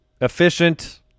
efficient